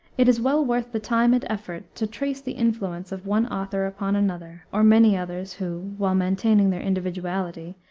it is well worth the time and effort to trace the influence of one author upon another or many others, who, while maintaining their individuality,